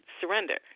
surrender